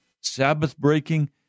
Sabbath-breaking